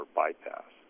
bypass